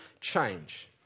change